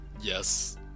Yes